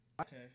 Okay